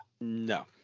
No